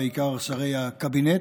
ובעיקר שרי הקבינט.